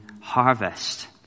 harvest